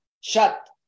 Shut